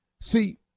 See